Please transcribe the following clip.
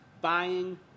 buying